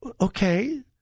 Okay